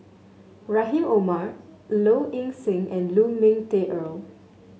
Rahim Omar Low Ing Sing and Lu Ming Teh Earl